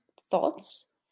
thoughts